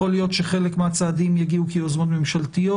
יכול להיות שחלק מהצעדים יגיעו כיוזמות ממשלתיות.